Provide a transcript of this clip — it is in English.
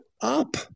up